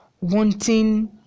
wanting